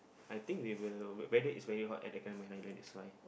I think they will weather is very hot at the Cameron-Highland that's why